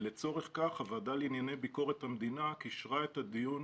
לצורך כך הוועדה לענייני ביקורת המדינה קישרה את הדיון